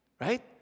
Right